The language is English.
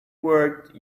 worked